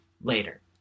later